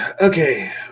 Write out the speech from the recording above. Okay